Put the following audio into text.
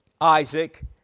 Isaac